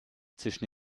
zwischen